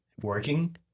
working